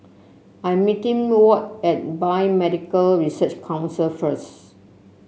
I am meeting Ward at Biomedical Research Council first